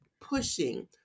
pushing